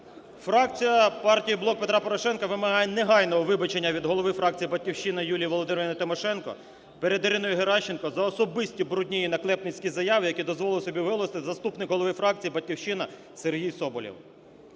Фракція партії "Блок Петра Порошенка" вимагає негайного вибачення від голови фракції "Батьківщина" Юлії Володимирівни Тимошенко перед Іриною Геращенко за особисті брудні і наклепницькі заяви, які дозволив собі виголосити заступник голови фракції "Батьківщина" Сергій Соболєв.